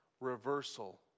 reversal